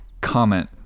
comment